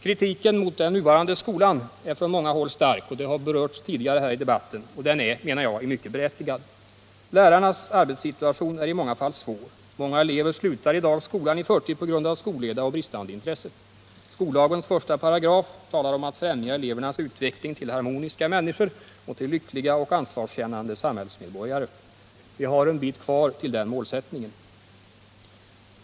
Kritiken mot den nuvarande skolan är från många håll stark — det har berörts här tidigare i debatten — och i mycket berättigad. Lärarnas arbetssituation är i många fall svår. Många elever slutar i dag skolan i förtid på grund av skolleda och bristande intresse. Skollagens första paragraf talar om att främja elevernas utveckling till harmoniska människor och till lyckliga och ansvarskännande samhällsmedborgare. Vi har en bit kvar till det målet.